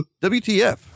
WTF